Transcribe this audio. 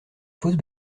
fosse